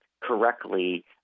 correctly